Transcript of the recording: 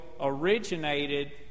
originated